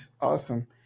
Awesome